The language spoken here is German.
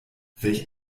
welch